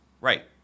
Right